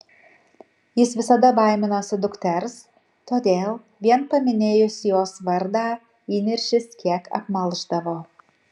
jis visada baiminosi dukters todėl vien paminėjus jos vardą įniršis kiek apmalšdavo